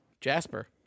Jasper